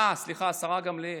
אה, סליחה, השרה גמליאל.